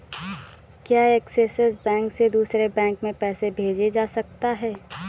क्या Axis bank से दूसरे बैंक में पैसे भेजे जा सकता हैं?